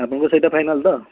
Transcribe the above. ଆପଣଙ୍କର ସେଇଟା ଫାଇନାଲ୍ ତ